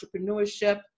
entrepreneurship